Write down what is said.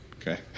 Okay